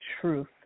truth